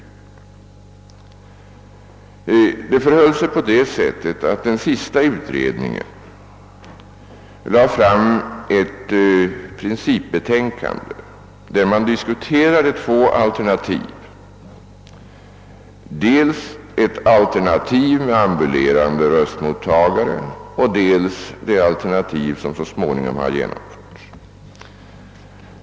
Den senaste utredningen lade fram ett principbetänkande, vari två alternativ diskuterades: dels ett alternativ med ambulerande röstmottagare, dels det alternativ som så småningom har genomförts.